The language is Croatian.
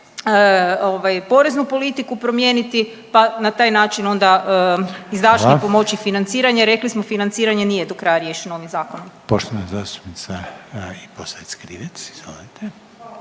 Poreznu promijeniti pa na taj način onda izdašnije …/Upadica Reiner: Hvala./… pomoći financiranje, rekli smo financiranje nije do kraja riješeno ovim zakonom.